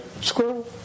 squirrel